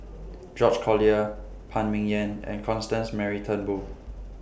George Collyer Phan Ming Yen and Constance Mary Turnbull